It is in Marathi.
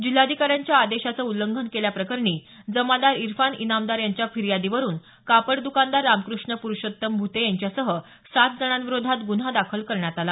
जिल्हाधिकाऱ्यांच्या आदेशाचं उल्लंघन केल्याप्रकरणी जमादार इरफान इनामदार यांच्या फिर्यादी वरून कापड दकानदार रामकृष्ण पुरुषोत्तम भुते यांच्यासह सात जणांविरोधात ग्रन्हा दाखल करण्यात आला